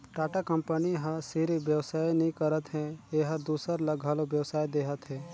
Tata company ह सिरिफ बेवसाय नी करत हे एहर दूसर ल घलो बेवसाय देहत हे